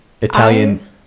Italian